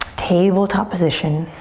tabletop position.